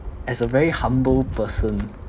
as a very humble person